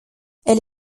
elle